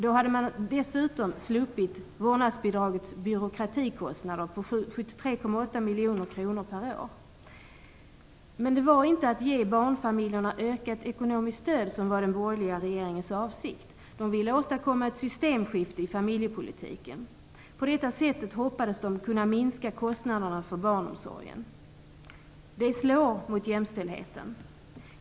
Då hade man dessutom sluppit vårdnadsbidragets byråkratikostnader på 73,8 miljoner kronor per år. Men det var inte att ge barnfamiljerna ökat ekonomiskt stöd som var den borgerliga regeringens avsikt. De ville åstadkomma ett systemskifte i familjepolitiken. På detta sätt hoppades de kunna minska kostnaderna för barnomsorgen. Detta slår mot jämställdheten.